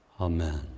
Amen